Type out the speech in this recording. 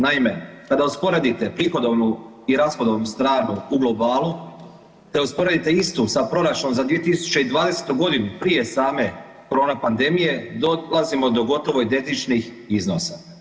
Naime, kada usporedite prihodovnu i rashodovnu stranu u globalu te usporedite istu sa proračunom za 2020. g. prije same korona pandemije, dolazimo do gotovo identičnih iznosa.